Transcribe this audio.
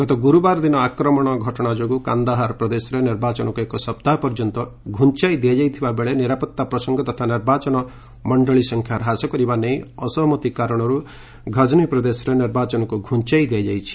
ଗତ ଗୁରୁବାର ଦିନ ଆକ୍ରମଣ ଘଟଣା ଯୋଗୁଁ କାନ୍ଦାହାର ପ୍ରଦେଶରେ ନିର୍ବାଚନକୁ ଏକ ସପ୍ତାହ ପର୍ଯ୍ୟନ୍ତ ଘୁଞ୍ଚାଇ ଦିଆଯାଇଥିବା ବେଳେ ନିରାପତ୍ତା ପ୍ରସଙ୍ଗ ତଥା ନିର୍ବାଚନ ମଣ୍ଡଳୀ ସଂଖ୍ୟା ହ୍ରାସ କରିବା ନେଇ ଅସହମତି କାରଣରୁ ଘଜନୀ ପ୍ରଦେଶରେ ନିର୍ବାଚନକୁ ଘ୍ରଞ୍ଚାଇ ଦିଆଯାଇଛି